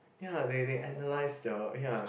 ya they they analyse the ya